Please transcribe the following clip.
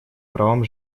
правам